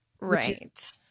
Right